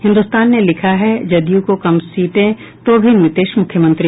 हिन्दुस्तान ने लिखा है जदयू को कम सीटें तो भी नीतीश मुख्यमंत्री